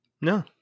No